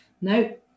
no